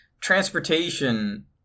Transportation